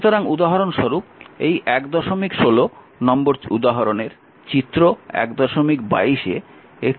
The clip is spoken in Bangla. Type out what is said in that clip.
সুতরাং উদাহরণস্বরূপ এই 116 নম্বর উদাহরনের চিত্র 122 এ একটি সার্কিট ডায়াগ্রাম দেখানো হয়েছে